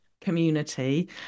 community